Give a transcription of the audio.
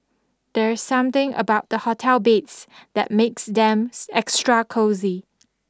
there's something about the hotel beds that makes them extra cosy